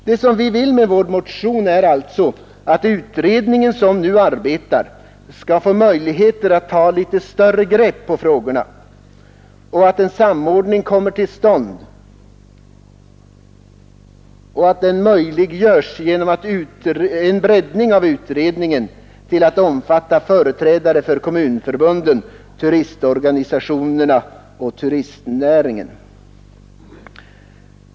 Det vi vill med vår motion är alltså att utredningen som nu arbetar skall få möjlighet att ta litet större grepp på frågorna, att en samordning kommer till stånd och att denna möjliggörs genom en breddning av utredningen till att omfatta företrädare för Kommunförbundet, turistorganisationerna och turistnäringen.